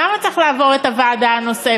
למה זה צריך לעבור את הוועדה הנוספת?